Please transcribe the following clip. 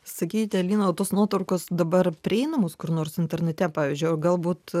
sakykite alina o tos nuotraukos dabar prieinamos kur nors internete pavyzdžiui galbūt